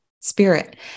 spirit